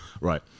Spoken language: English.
right